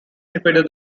defeated